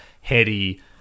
Heady